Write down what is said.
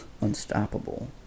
unstoppable